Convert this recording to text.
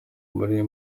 muri